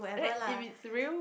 then if it's real